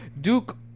Duke